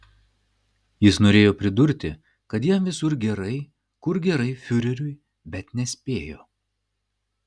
jis norėjo pridurti kad jam visur gerai kur gerai fiureriui bet nespėjo